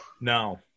No